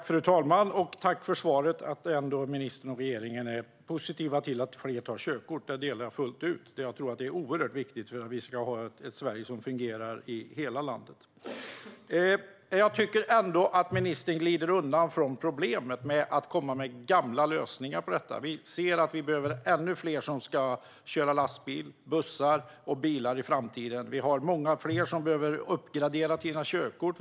Fru talman! Jag tackar för svaret och för att ministern och regeringen är positiva till att fler tar körkort. Den synen delar jag fullt ut. Jag tror att det är oerhört viktigt om vi ska ha ett Sverige som fungerar i alla delar av landet. Jag tycker dock ändå att ministern glider undan från problemet genom att komma med gamla lösningar. Vi ser att vi behöver ännu fler som ska köra lastbilar, bussar och bilar i framtiden. Vi har många fler som behöver uppgradera sina körkort.